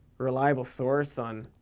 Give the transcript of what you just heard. reliable source on.